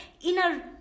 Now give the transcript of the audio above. inner